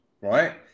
Right